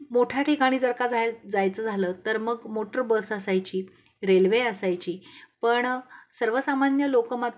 मोठ्या ठिकाणी जर का जाय जायचं झालं तर मग मोटर बस असायची रेल्वे असायची पण सर्वसामान्य लोकं मात्र